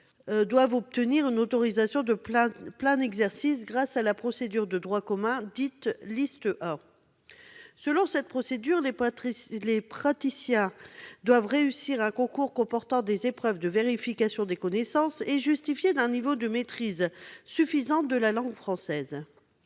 principe, obtenir une autorisation de plein exercice grâce à la procédure de droit commun dite de la liste A. Selon cette procédure, les praticiens doivent réussir un concours comportant des épreuves de vérification des connaissances et justifier d'un niveau de maîtrise suffisante de la langue française.